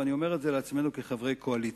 ואני אומר את זה לעצמנו כחברי קואליציה: